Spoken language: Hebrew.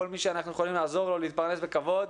כל מי שאנחנו יכולים לעזור לו להתפרנס בכבוד,